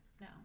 no